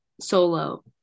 solo